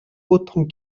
autant